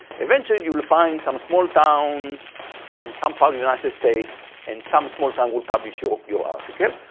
eventually, you will find some small town in some part of united states and some small town would publish your your article,